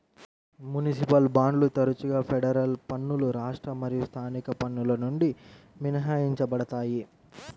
municipal బాండ్లు తరచుగా federal పన్నులు రాష్ట్ర మరియు స్థానిక పన్నుల నుండి మినహాయించబడతాయి